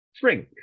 drink